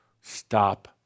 Stop